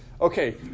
okay